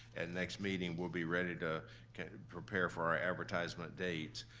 and next meeting we'll be ready to prepare for our advertisement date.